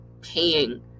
paying